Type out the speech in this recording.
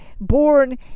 born